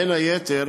בין היתר